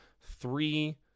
three